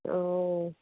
ଆଉ